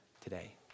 today